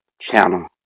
channel